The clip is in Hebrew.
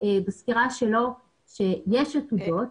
הראה בסקירה שלו שיש עתודות.